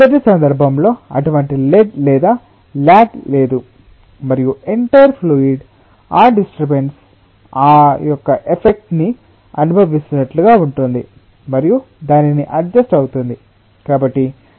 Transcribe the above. మొదటి సందర్భంలో అటువంటి లెడ్ లేదా ల్యాగ్ లేదు మరియు ఎంటైర్ ఫ్లూయిడ్ ఆ డిస్టర్బెన్స్ యొక్క ఎఫెక్ట్ ని అనుభవిస్తున్నట్లుగా ఉంటుంది మరియు దానికి అడ్జస్ట్ అవుతుంది